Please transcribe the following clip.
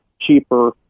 cheaper